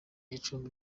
gicumbi